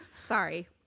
sorry